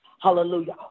hallelujah